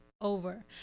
over